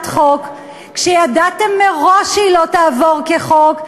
חוק כשידעתם מראש שהיא לא תעבור כחוק,